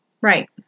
Right